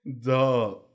Duh